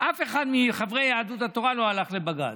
אף אחד מחברי יהדות התורה לא הלך לבג"ץ,